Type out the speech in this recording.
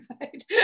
Right